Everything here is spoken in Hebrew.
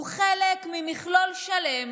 הוא חלק ממכלול שלם